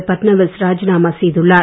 ஃபட்னவிஸ் ராஜிநாமா செய்துள்ளார்